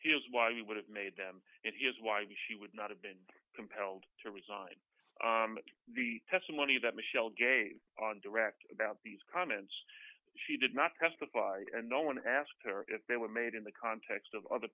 here's why you would have made them and here's why you she would not have been compelled to resign the testimony that michele game on direct about these comments she did not testify and no one asked her if they were made in the context of other